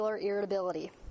irritability